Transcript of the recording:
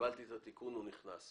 קיבלתי את התיקון והוא נכנס.